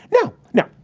no, no.